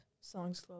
songs